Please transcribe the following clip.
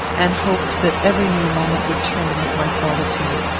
and hoped that every new moment would terminate my solitude.